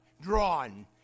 drawn